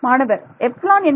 மாணவர் எப்ஸிலான் என்பது